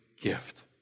gift